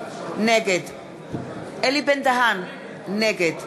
נגד אלי בן-דהן, נגד